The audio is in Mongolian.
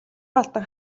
алдан